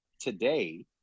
today